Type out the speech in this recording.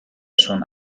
schon